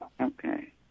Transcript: Okay